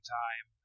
time